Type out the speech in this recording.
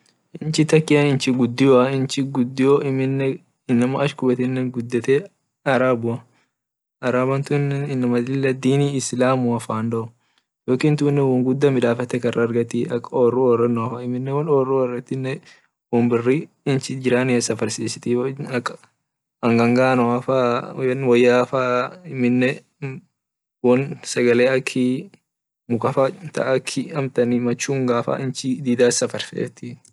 Inchi turkey inchi gudio amine inama ach kubetine arabu arabu tunne inama lila dini islamu fan doo turkey tunne won guda midafete kar dargeti ak orru orenoafaa inama orru oretine nchi jirania safarsisitii won ak anganganoa faa woya faa amine won sagale akii mukaa ak machungaa faa ach midasa barsifit.